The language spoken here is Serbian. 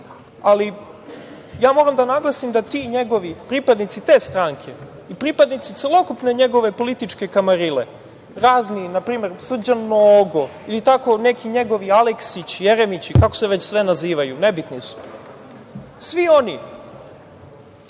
ali moram da naglasim da ti pripadnici njegove stranke i pripadnici celokupne njegove političke kamarile, razni, na primer Srđan Nogo i tako neki njegovi Aleksići, Jeremići, kako se već nazivaju, nebitni su, kritikuju